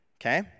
Okay